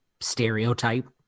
stereotype